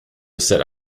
said